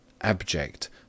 abject